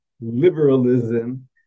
liberalism